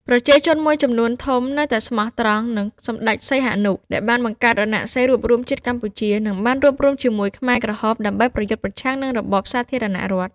ប្រជាជនមួយចំនួនធំនៅតែស្មោះត្រង់នឹងសម្ដេចសីហនុ ដែលបានបង្កើត រណសិរ្សរួបរួមជាតិកម្ពុជា និងបានរួបរួមជាមួយខ្មែរក្រហមដើម្បីប្រយុទ្ធប្រឆាំងនឹងរបបសាធារណរដ្ឋ។